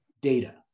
data